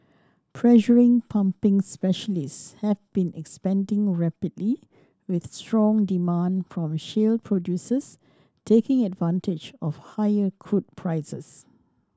pressure pumping specialists have been expanding rapidly with strong demand from shale producers taking advantage of higher crude prices